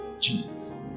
Jesus